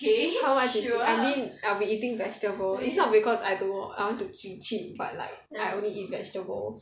how much is it I mean I'll be eating vegetables is not because I don't know I want to be cheap but like I only eat vegetable